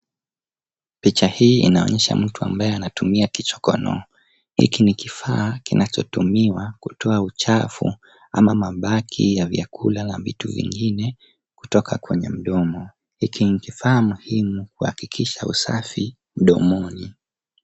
Picha hii inaonyesha mtu ambaye anatumia kichokono. Hiki ni kifaa kinachotumiwa kutoa uchafu ama mabaki ya chakula na vitu vingine kutoka kwenye mdomo. Hiki ni kifaa muhimu kuhakikisha usafi mdomoni.